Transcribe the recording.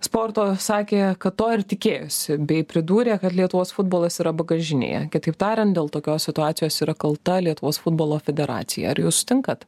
sporto sakė kad to ir tikėjosi bei pridūrė kad lietuvos futbolas yra bagažinėje kitaip tariant dėl tokios situacijos yra kalta lietuvos futbolo federacija ar jūs sutinkat